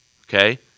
okay